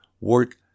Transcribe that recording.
work